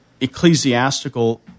ecclesiastical